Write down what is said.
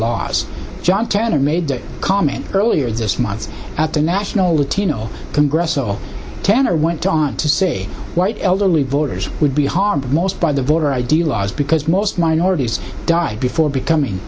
laws john tanner made that comment earlier this month at the national the teano congressional tenor went on to say white elderly voters would be harmed most by the voter id laws because most minorities died before becoming